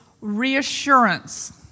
reassurance